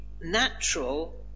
natural